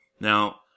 now